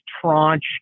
tranche